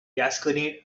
gasconade